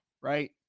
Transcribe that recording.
right